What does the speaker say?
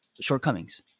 Shortcomings